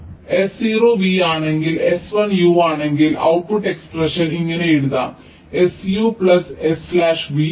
അതിനാൽ s 0 v ആണെങ്കിൽ s 1 u ആണെങ്കിൽ ഔട്ട്പുട്ട് എക്സ്പ്രഷൻ ഇങ്ങനെ എഴുതാം s u s v